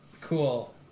cool